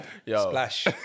Splash